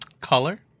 Color